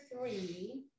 three